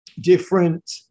different